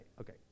Okay